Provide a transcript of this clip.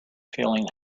feeling